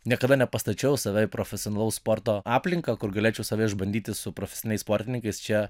niekada nepastačiau save į profesionalaus sporto aplinką kur galėčiau save išbandyti su profesiniais sportininkais čia